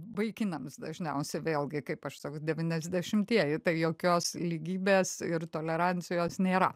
vaikinams dažniausiai vėlgi kaip aš devyniasdešimtieji tai jokios lygybės ir tolerancijos nėra